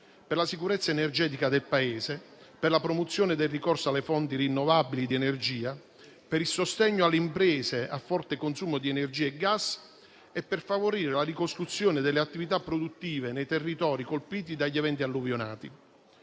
per la sicurezza energetica del Paese, per la promozione del ricorso alle fonti rinnovabili di energia, per il sostegno alle imprese a forte consumo di energia e gas e per favorire la ricostruzione delle attività produttive nei territori colpiti dagli eventi alluvionali.